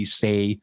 say